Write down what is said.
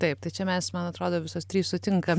taip tai čia mes man atrodo visos trys sutinkam